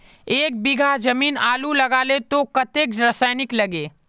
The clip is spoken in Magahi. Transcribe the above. एक बीघा जमीन आलू लगाले तो कतेक रासायनिक लगे?